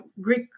Greek